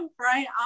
Right